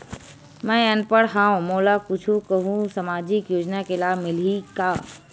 मैं अनपढ़ हाव मोला कुछ कहूं सामाजिक योजना के लाभ मिलही का?